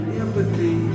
empathy